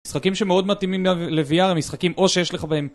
משחקים שמאוד מתאימים לVR, משחקים או שיש לך בהם